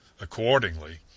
Accordingly